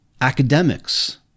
academics